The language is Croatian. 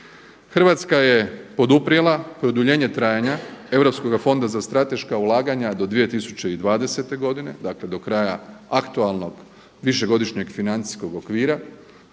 Hrvatska je poduprijela produljenje trajanja Europskog fonda za strateška ulaganja do 2020. godine, dakle do kraja aktualnog višegodišnjeg financijskog okvira